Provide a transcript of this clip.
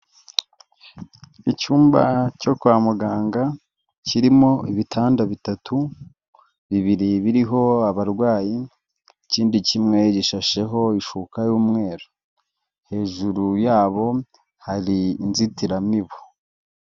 Icyumba cyo kwa muganga kirimo ibitanda bitatu bibiri biriho abarwayi ikindi kimwe gishasheho ishuka y'umweru hejuru yabo hari inzitiramibu.